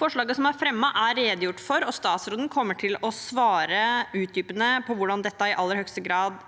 Forslaget som er fremmet, er redegjort for, og statsråden kommer til å svare utdypende på hvordan dette i aller høyeste grad